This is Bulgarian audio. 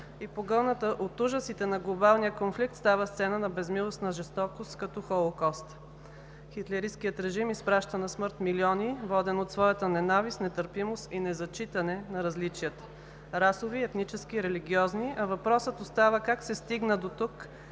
и погълната от ужасите на глобалния конфликт става сцена на безмилостна жестокост като Холокоста. Хитлеристкият режим изпраща на смърт милиони, воден от своята ненавист, нетърпимост и незачитане на различията – расови, етнически, религиозни, а въпросът остава как се стигна дотук